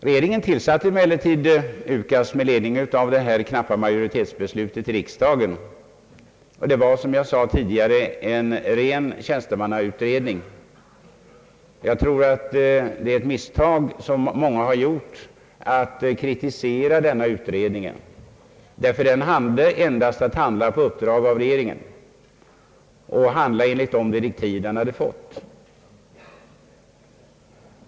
Regeringen tillsatte emellertid UKAS med ledning av detta knappa majoritetsbeslut i riksdagen. Det var, som jag sade tidigare, en tjänstemannautredning. Jag tror att det varit ett misstag att, så som många har gjort, kritisera denna utredning som sådan, ty den hade endast att handla enligt de direktiv som den fått av regeringen.